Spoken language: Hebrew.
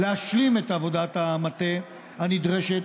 להשלים את עבודת המטה הנדרשת,